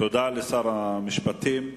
תודה לשר המשפטים.